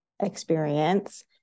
Experience